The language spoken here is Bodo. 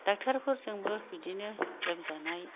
डाक्टारफोरजोंबो बिदिनो लोमजानाय